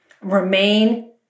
Remain